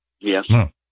yes